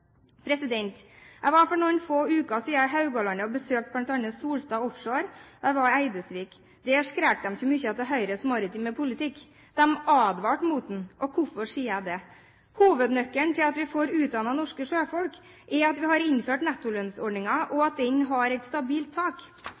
Jeg var for noen få uker siden på Haugalandet og besøkte bl.a. Solstad Offshore, og jeg var i Eidesvik. Der skrek de ikke mye etter Høyres maritime politikk. De advarte mot den. Hvorfor sier jeg det? Hovednøkkelen til at vi får utdannet norske sjøfolk, er at vi har innført nettolønnsordningen, og at den har et stabilt tak.